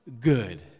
good